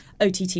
OTT